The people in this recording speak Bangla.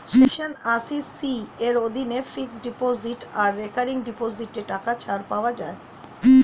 সেকশন আশি সি এর অধীনে ফিক্সড ডিপোজিট আর রেকারিং ডিপোজিটে টাকা ছাড় পাওয়া যায়